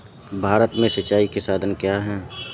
भारत में सिंचाई के साधन क्या है?